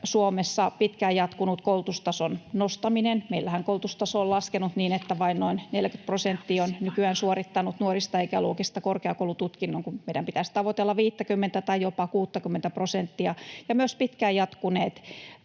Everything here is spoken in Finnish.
Suomessa pitkään jatkunut koulutustason nostaminen. Meillähän koulutustaso on laskenut niin, että vain noin 40 prosenttia nuorista ikäluokista on nykyään suorittanut korkeakoulututkinnon, kun meidän pitäisi tavoitella 50:tä tai jopa 60:tä prosenttia. Myös pitkään jatkunut